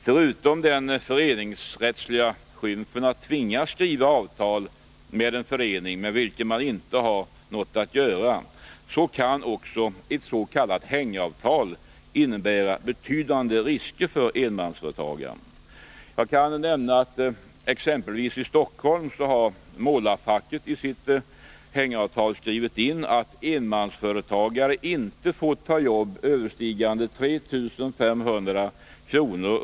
Förutom den föreningsrättsliga skymfen att man tvingas skriva avtal med en förening som man inte har något att göra med kan ett s.k. hängavtal innebära betydande risker för enmansföretagaren. Jag kan exempelvis nämna att målarfacket i Stockholm i sitt hängavtal har skrivit in att enmansföretagare inte får åta sig jobb överstigande 3 500 kr.